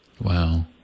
Wow